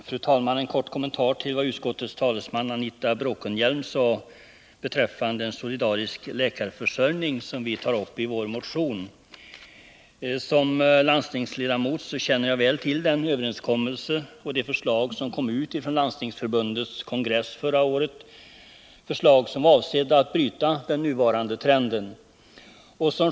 Fru talman! Jag vill kort kommentera vad utskottets talesman Anita Bråkenhielm sade beträffande frågan om en solidarisk läkarförsörjning som vi tar upp i vår motion. Som landstingsledamot känner jag väl till den överenskommelse som gjordes och de förslag som utarbetades i samband med Landstingsförbundets kongress förra året. Det var förslag som var avsedda att bryta den nuvarande trenden.